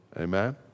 Amen